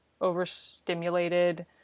overstimulated